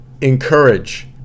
encourage